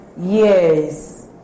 Yes